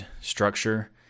structure